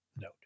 note